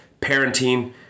parenting